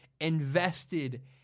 invested